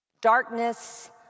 darkness